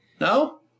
no